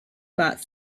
bought